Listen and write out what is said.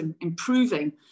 improving